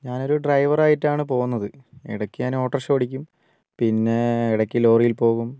ഞാനൊരു ഡ്രൈവറായിട്ടാണ് പോകുന്നത് ഇടയ്ക്ക് ഞാൻ ഓട്ടോറിക്ഷ ഓടിക്കും പിന്നെ ഇടയ്ക്ക് ലോറിയിൽ പോകും